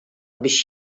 biex